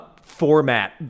format